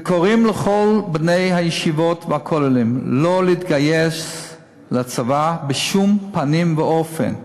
וקוראים לכל בני הישיבות והכוללים שלא להתגייס לצבא בשום פנים ואופן,